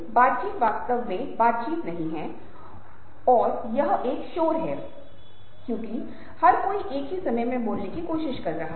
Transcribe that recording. शिक्षक पर गुस्सा महसूस कर रहे एक छात्र को उदासी दिखाई दे सकती है वह उदासी दिखाने की कोशिश कर रहा है